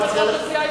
הסיעה,